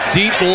deep